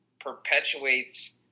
perpetuates